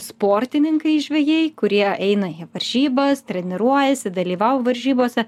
sportininkai žvejai kurie eina jie varžybas treniruojasi dalyvau varžybose